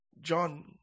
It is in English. John